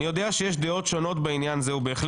אני יודע שיש דעות שונות בעניין הזה ובהחלט